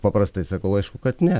paprastai sakau aišku kad ne